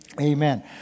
Amen